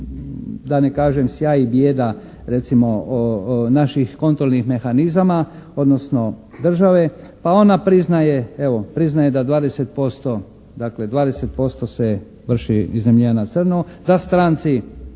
da ne kažem sjaj i bijeda recimo naših kontrolnih mehanizama, odnosno države pa ona priznaje evo priznaje da 20% dakle 20% se vrši iznajmljivanja na crno, da stranci